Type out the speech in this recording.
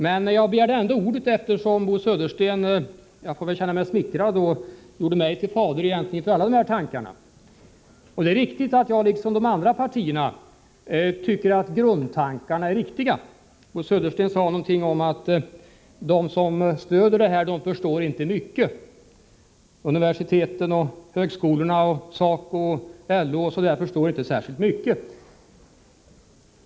Men jag begärde ändå ordet, eftersom Bo Södersten — jag får väl känna mig smickrad av det — gjorde mig till fader för alla de här tankarna. Det är riktigt att jag, liksom folk från andra partier, tycker att grundtankarna är riktiga. Bo Södersten sade någonting om att de som stödjer detta förslag inte förstår mycket. Universitet och högskolor, SACO och LO förstår alltså inte särskilt mycket.